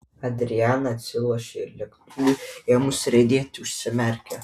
adriana atsilošė ir lėktuvui ėmus riedėti užsimerkė